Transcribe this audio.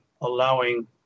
allowing